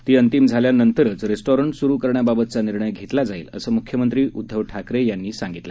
ती अंतिम झाल्यानंतर रेस्टॉरंट सुरु करण्याबाबतचा निर्णय घेतला जाईल असं मुख्यमंत्री उद्धव ठाकरे यांनी आज सांगितलं